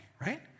right